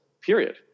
period